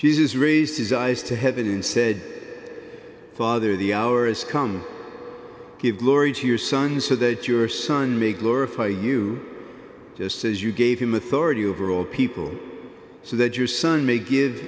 jesus raised his eyes to heaven and said father the hour is come give glory to your son so that your son may glorify you just as you gave him authority over all people so that your son may give